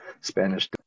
Spanish